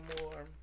more